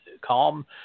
calm